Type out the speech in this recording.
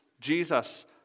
Jesus